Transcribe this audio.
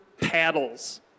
paddles